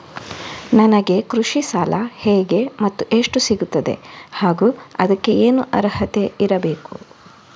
ನನಗೆ ಕೃಷಿ ಸಾಲ ಹೇಗೆ ಮತ್ತು ಎಷ್ಟು ಸಿಗುತ್ತದೆ ಹಾಗೂ ಅದಕ್ಕೆ ಏನು ಅರ್ಹತೆ ಇರಬೇಕು?